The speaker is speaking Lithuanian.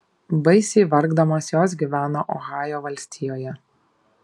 baisiai vargdamos jos gyveno ohajo valstijoje